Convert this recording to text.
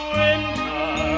winter